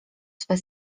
swe